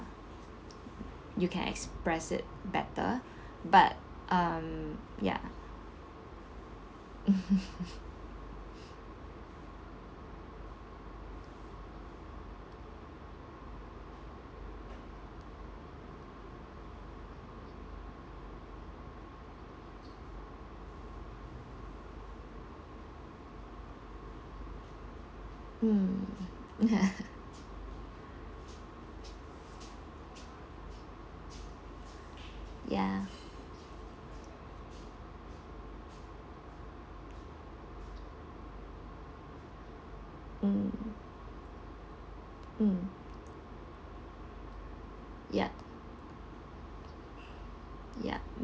you can express it better but um ya hmm ya ya mm mm ya ya